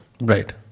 Right